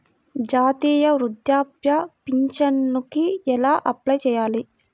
జాతీయ వృద్ధాప్య పింఛనుకి ఎలా అప్లై చేయాలి?